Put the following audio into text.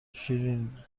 شیرین